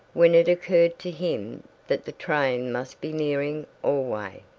when it occurred to him that the train must be nearing allway.